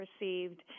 received